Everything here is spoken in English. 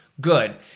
Good